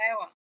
power